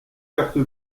carte